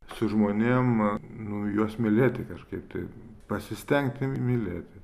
su žmonėm nu juos mylėti kažkaip tai pasistengti mylėti